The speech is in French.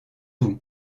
vous